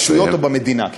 ברשויות או במדינה.